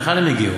מהיכן הם הגיעו?